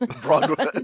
Broadway